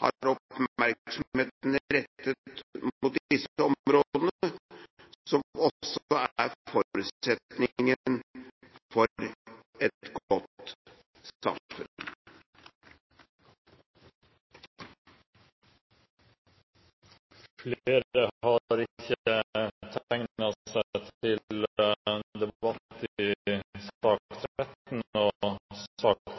har oppmerksomheten rettet mot disse områdene, som også er forutsetningen for et godt samfunn. Flere har ikke bedt om ordet til sak